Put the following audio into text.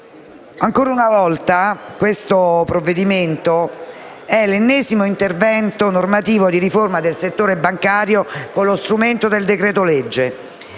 Signora Presidente, questo provvedimento è l'ennesimo intervento normativo di riforma del settore bancario con lo strumento del decreto-legge.